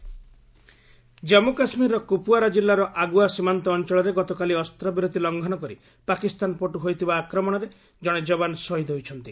J and K କିଲ୍ଡ ଜାମ୍ମୁ କାଶ୍ମୀର କୁପୁୱାରା ଜିଲ୍ଲାର ଆଗୁଆ ସୀମାନ୍ତ ଅଞ୍ଚଳରେ ଗତକାଲି ଅସ୍ତ୍ରବିରତି ଲଙ୍ଘନ କରି ପାକିସ୍ତାନ ପଟ୍ଟ ହୋଇଥିବା ଆକ୍ମଣରେ କଣେ ଯବାନ ଶହିଦ ହୋଇଛନ୍ତି